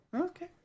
Okay